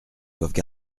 doivent